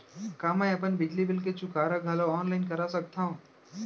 का मैं अपन बिजली बिल के चुकारा घलो ऑनलाइन करा सकथव?